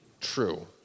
true